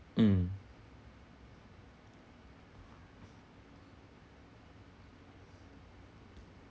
mm